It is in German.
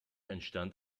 entstand